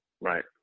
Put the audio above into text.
Right